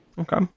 Okay